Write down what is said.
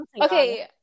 Okay